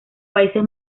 países